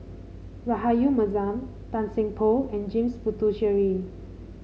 Rahayu Mahzam Tan Seng Poh and James Puthucheary